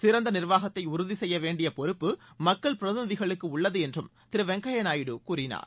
சிறந்த நிர்வாகத்தை உறுதி செய்ய வேண்டிய பொறுப்பு மக்கள் பிரிதிநிதகளுக்கு உள்ளது என்றும் திரு வெங்கய்ய நாயுடு கூறினார்